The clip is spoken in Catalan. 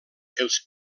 els